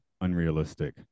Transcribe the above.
unrealistic